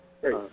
Great